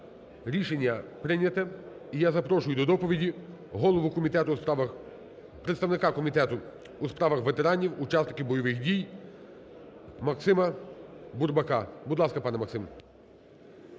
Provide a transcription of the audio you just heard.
Рішення прийняте. І я запрошую до доповіді голову Комітету у справах, представника Комітету у справах ветеранів, учасників бойових дій Максима Бурбака. Будь ласка, пане Максим.